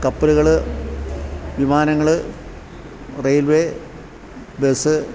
കപ്പലുകള് വിമാനങ്ങള് railway bus